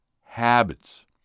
habits